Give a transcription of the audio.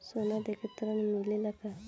सोना देके ऋण मिलेला का?